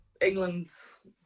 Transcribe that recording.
England's